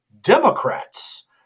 Democrats